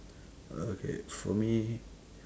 oh okay for me